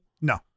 No